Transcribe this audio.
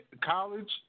college